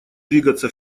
двигаться